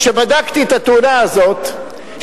כשבדקתי את התאונה הזאת,